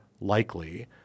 likely –